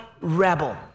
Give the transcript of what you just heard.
rebel